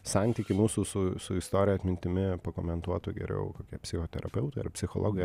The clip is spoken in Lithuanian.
santykį mūsų su su istorine atmintimi pakomentuotų geriau kokie psichoterapeutai ar psichologai